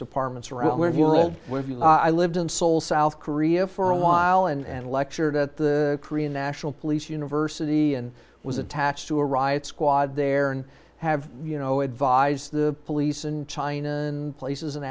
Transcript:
departments around where you will when i lived in seoul south korea for a while and lectured at the korean national police university and was attached to a riot squad there and have you know advise the police in china and places in